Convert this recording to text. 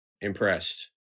impressed